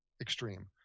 extreme